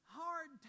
hard